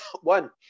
One